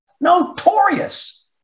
Notorious